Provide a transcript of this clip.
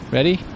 Ready